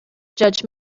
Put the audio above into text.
judge